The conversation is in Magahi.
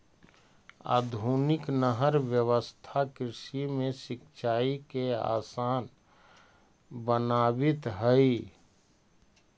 आधुनिक नहर व्यवस्था कृषि में सिंचाई के आसान बनावित हइ